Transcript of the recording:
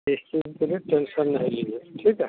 इस चीज़ के लिए टेंसन नहीं लीजिए ठीक है